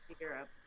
Europe